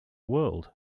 world